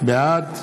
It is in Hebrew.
בעד